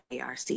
ARC